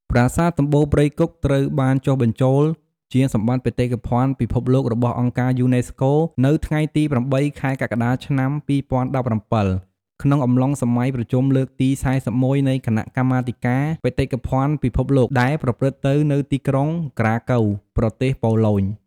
ប្រាសាទសម្បូរព្រៃគុក ត្រូវបានចុះបញ្ចូលជា សម្បត្តិបេតិកភណ្ឌពិភពលោករបស់អង្គការយូណេស្កូ នៅថ្ងៃទី ៨ ខែកក្កដា ឆ្នាំ២០១៧ ក្នុងអំឡុងសម័យប្រជុំលើកទី ៤១ នៃគណៈកម្មាធិការបេតិកភណ្ឌពិភពលោក ដែលប្រព្រឹត្តទៅនៅទីក្រុង ក្រាកូវ (Krakow) ប្រទេសប៉ូឡូញ។